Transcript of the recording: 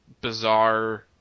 bizarre